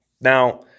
Now